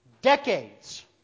decades